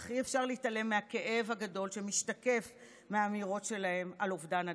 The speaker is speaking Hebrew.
אך אי-אפשר להתעלם מהכאב הגדול שמשתקף מהאמירות שלהם על אובדן הדרך.